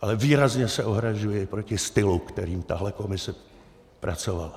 ale výrazně se ohrazuji proti stylu, kterým tahle komise pracovala.